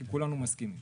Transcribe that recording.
כולם מסכימים.